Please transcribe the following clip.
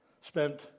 spent